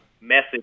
message